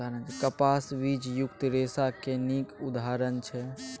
कपास बीजयुक्त रेशाक नीक उदाहरण छै